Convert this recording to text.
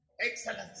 excellence